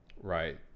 Right